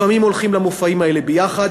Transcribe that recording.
לפעמים הולכים למופעים האלה ביחד,